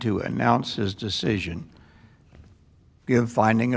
to announce his decision in finding